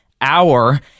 hour